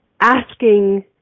Asking